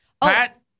Pat